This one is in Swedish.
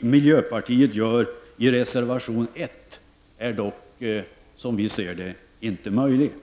miljöpartiet gör i reservation nr 1 är dock inte möjligt.